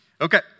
Okay